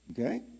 Okay